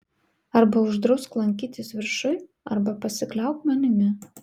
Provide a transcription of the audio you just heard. arba uždrausk lankytis viršuj arba pasikliauk manimi